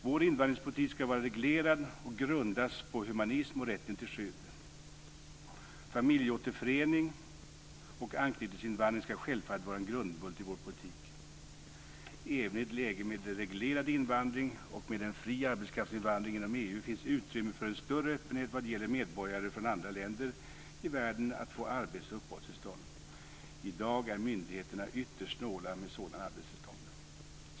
Vår invandringspolitik ska vara reglerad och grundas på humanism och rätten till skydd. Familjeåterförening och anknytningsinvandring ska självfallet vara en grundbult i vår politik. Även i ett läge med reglerad invandring och med en fri arbetskraftsinvandring inom EU finns utrymme för en större öppenhet vad gäller medborgare från andra länder i världen att få arbets och uppehållstillstånd. I dag är myndigheterna ytterst snåla med sådana arbetstillstånd.